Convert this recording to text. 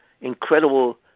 incredible